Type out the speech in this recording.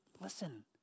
listen